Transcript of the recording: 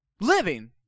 Living